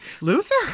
Luther